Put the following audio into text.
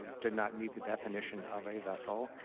did not meet the definition of a vessel,